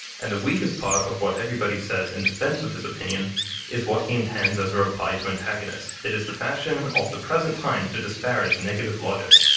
and the weakest part of what everybody says in defense of his opinion is what he intends as a reply to his antagonist. it is the fashion of the present time to disparage negative logic,